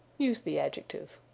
use the adjective.